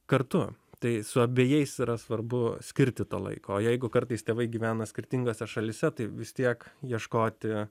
kartu tai su abejais yra svarbu skirti to laiko o jeigu kartais tėvai gyvena skirtingose šalyse tai vis tiek ieškoti